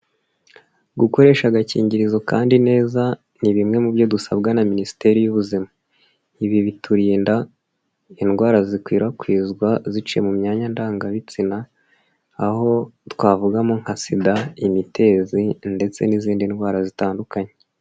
Gukoresha agakingirizo kandi neza ni bimwe mu byo dusabwa na Minisiteri y'Ubuzima, ibi biturinda indwara zikwirakwizwa ziciye mu myanya ndangabitsina aho twavugamo nka sida, imitezi ndetse n'izindi ndwara zitandukanye.